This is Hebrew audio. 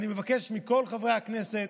אני מבקש מכל חברי הכנסת,